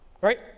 right